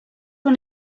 one